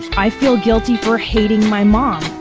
i feel guilty for hating my mom.